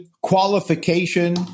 qualification